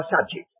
subject